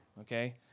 okay